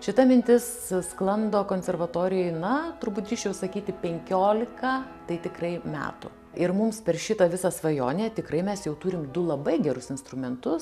šita mintis sklando konservatorijoj na turbūt drįsčiau sakyti penkiolika tai tikrai metų ir mums per šitą visą svajonę tikrai mes jau turim du labai gerus instrumentus